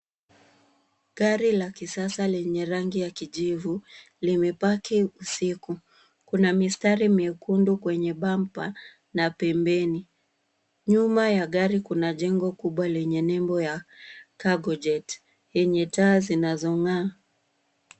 Gari la kisasa lenye rangi ya kijivu limepaaki usiku. Kuna mistari nyekundu kwenye bamba na pembeni. Nyuma ya gari kuna jengo kubwa yenye nebo ya (cs)cargo jet(cs) yenye taa zinazong'aa.